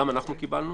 גם אנחנו קיבלנו